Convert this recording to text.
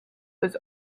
was